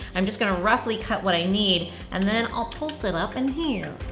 i'm just gonna roughly cut what i need and then i'll pulse it up in here.